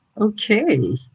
Okay